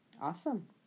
Awesome